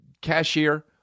cashier